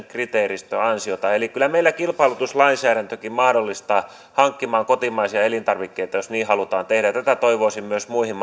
kriteeristön ansiota eli kyllä meillä kilpailutuslainsäädäntökin mahdollistaa hankkimaan kotimaisia elintarvikkeita jos niin halutaan tehdä ja tätä toivoisin myös muihin